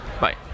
Bye